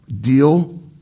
deal